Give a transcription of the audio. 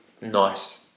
nice